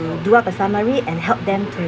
to do up a summary and help them to